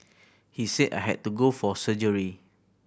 he said I had to go for surgery